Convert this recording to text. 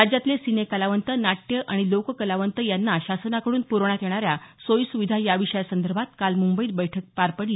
राज्यातले सिने कलावंत नाट्य आणि लोककलावंत यांना शासनाकडून पुरवण्यात येणाऱ्या सोयी सुविधा याविषयासंदर्भात काल मुंबईत बैठक पार पडली